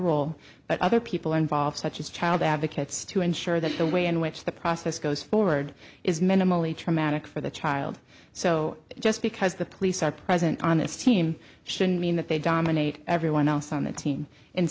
role but other people are involved such as child advocates to ensure that the way in which the process goes forward is minimally traumatic for the child so just because the police are present on this team shouldn't mean that they dominate everyone on the team